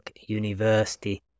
University